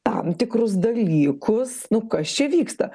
tam tikrus dalykus nu kas čia vyksta